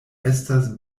estas